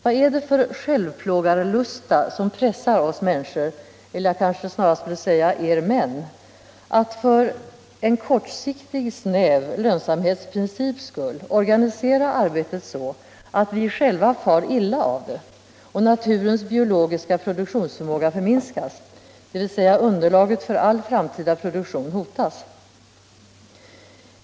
Vad är det för självplågarlusta som pressar oss människor — eller jag kanske skall säga er män — att för en kortsiktig, snäv lönsamhetsprincips skull organisera arbetet så att vi själva far illa av det och naturens biologiska produktionsförmåga minskas, dvs. underlaget för all framtida produktion hotas?